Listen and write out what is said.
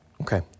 Okay